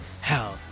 Hell